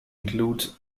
includes